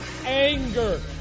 anger